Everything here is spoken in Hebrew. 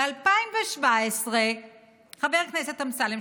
ב-2017 חבר הכנסת אמסלם,